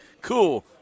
cool